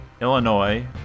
Illinois